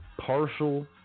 partial